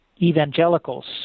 evangelicals